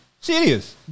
Serious